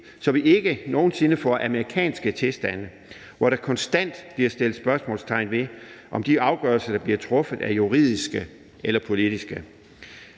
så vi ikke nogen sinde får amerikanske tilstande, hvor der konstant bliver sat spørgsmålstegn ved, om de afgørelser, der bliver truffet, er juridiske eller politiske.